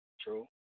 True